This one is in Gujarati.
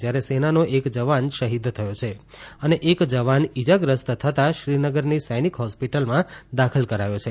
જ્યારે સેનાનો એક જવાન શહીદ થયો છે અને એક જવાન ઈજાગ્રસ્ત થતાં શ્રીનગરની સૈનિક હોસ્પિટલમાં દાખલ કરાયો છે